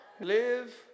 Live